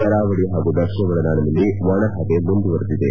ಕರಾವಳಿ ಹಾಗೂ ದಕ್ಷಿಣ ಒಳನಾಡಿನಲ್ಲಿ ಒಣ ಹವೆ ಮುಂದುವರಿದಿದೆ